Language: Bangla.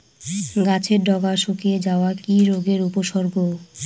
গাছের ডগা শুকিয়ে যাওয়া কি রোগের উপসর্গ?